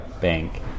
bank